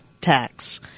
tax